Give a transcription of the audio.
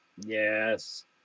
Yes